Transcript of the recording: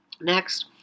Next